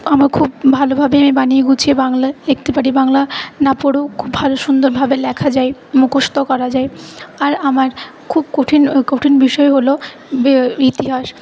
আমার খুব ভালোভাবেই বানিয়ে গুছিয়ে বাংলা লিখতে পারি বাংলা না পড়েও খুব ভালো সুন্দরভাবে লেখা যায় মুখস্ত করা যায় আর আমার খুব কঠিন কঠিন বিষয় হল বে ইতিহাস